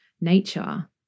nature